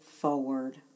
forward